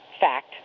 fact